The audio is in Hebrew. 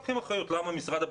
שלא כלכלי להחזיק אותה,